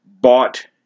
bought